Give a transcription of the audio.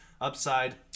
upside